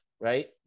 right